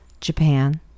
Japan